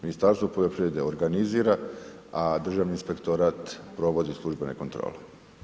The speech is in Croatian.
Ministarstvo poljoprivrede organizira, a Državni inspektorat provodi službene kontrole.